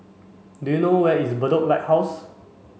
do you know where is Bedok Lighthouse